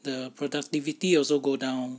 the productivity also go down